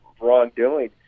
wrongdoing